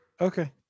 Okay